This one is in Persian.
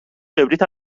کبریت